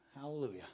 Hallelujah